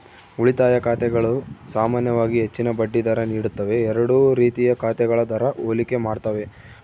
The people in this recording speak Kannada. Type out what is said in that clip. ಉಳಿತಾಯ ಖಾತೆಗಳು ಸಾಮಾನ್ಯವಾಗಿ ಹೆಚ್ಚಿನ ಬಡ್ಡಿ ದರ ನೀಡುತ್ತವೆ ಎರಡೂ ರೀತಿಯ ಖಾತೆಗಳ ದರ ಹೋಲಿಕೆ ಮಾಡ್ತವೆ